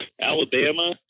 Alabama